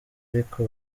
ariko